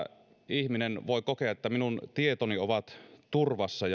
ihminen voi kokea että minun tietoni ovat turvassa